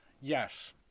yes